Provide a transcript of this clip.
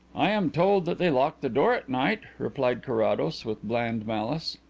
i am told that they lock the door at night, replied carrados, with bland malice.